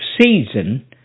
season